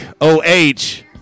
O-H